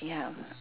ya